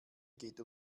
geht